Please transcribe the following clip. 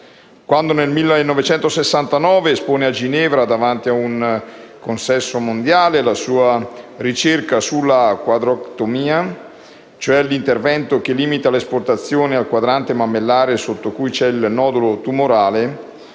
Quando, nel 1969, espone a Ginevra, davanti a un consesso mondiale, la sua ricerca sulla quadrantectomia (cioè l'intervento che limita l'esportazione al quadrante mammario sotto cui c'è il nodulo tumorale,